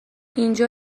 اینجا